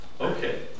Okay